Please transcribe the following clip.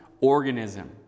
organism